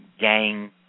gang